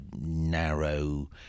narrow